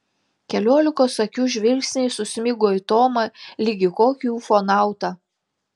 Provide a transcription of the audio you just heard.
keliolikos akių žvilgsniai susmigo į tomą lyg į kokį ufonautą